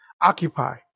Occupy